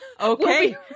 Okay